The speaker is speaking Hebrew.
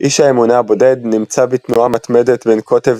איש האמונה הבודד נמצא "בתנועה מתמדת בין קוטב